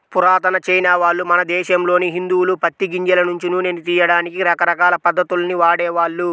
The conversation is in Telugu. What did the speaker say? పురాతన చైనావాళ్ళు, మన దేశంలోని హిందువులు పత్తి గింజల నుంచి నూనెను తియ్యడానికి రకరకాల పద్ధతుల్ని వాడేవాళ్ళు